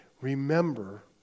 Remember